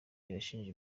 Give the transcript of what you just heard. irashimira